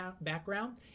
background